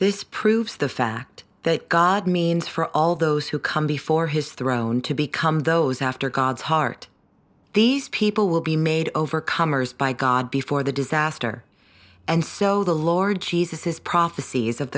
this proves the fact that god means for all those who come before his throne to become those after god's heart these people will be made overcomers by god before the disaster and so the lord jesus his prophecies of